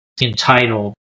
entitled